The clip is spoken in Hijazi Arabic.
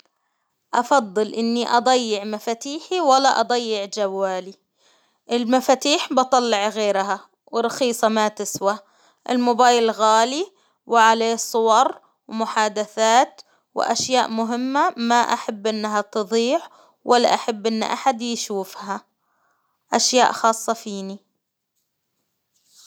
أفضل إني أضيع مفاتيحي ولا أضيع جوالي، المفاتيح بطلع غيرها، ورخيصة ما تسوى، الموبايل غالي ،وعليه صور ومحادثات وأشياء مهمة ما أحب إنها تظيع، ولا أحب إن أحد يشوفها، أشياء خاصة فيني.